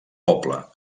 poble